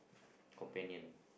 companion